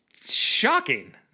shocking